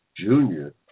Junior